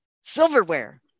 silverware